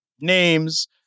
names